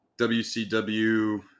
WCW